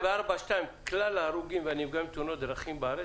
ב-4(2) "בכלל ההרוגים והנפגעים מתאונות דרכים בארץ,